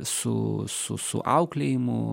su su su auklėjimu